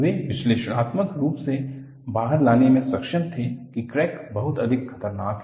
वे विश्लेषणात्मक रूप से बाहर लाने में सक्षम थे कि क्रैक बहुत अधिक खतरनाक है